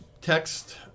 text